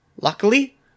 Luckily